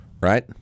right